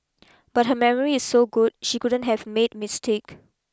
but her memory is so good she couldn't have made mistake